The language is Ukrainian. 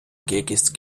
кількість